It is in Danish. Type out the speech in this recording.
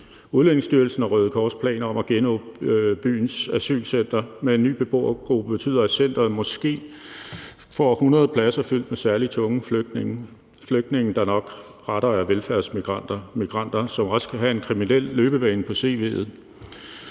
Udlændingestyrelsens og Røde Kors' planer om at genåbne byens asylcenter med en ny beboergruppe betyder, at centeret måske får 100 pladser fyldt med særlig tunge flygtninge – flygtninge, der nok rettere er velfærdsmigranter, migranter, som også kan have en kriminel løbebane på cv'et.